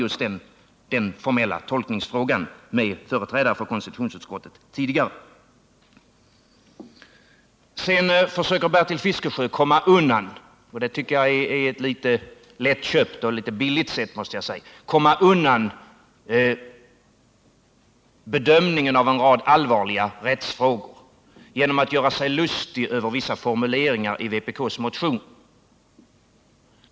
Jag har varit i polemik med företrädare för konstitutionsutskottet rörande just den formella tolkningsfrågan. Sedan försöker Bertil Fiskesjö — och det tycker jag är ett litet lättköpt och billigt sätt, måste jag säga — komma undan bedömningen av en rad allvarliga rättsfrågor genom att göra sig lustig över vissa formuleringar i vpk:s motion.